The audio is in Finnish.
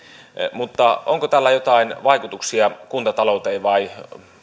mutta onko tällä joitain vaikutuksia kuntatalouteen vai